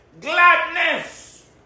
gladness